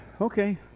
Okay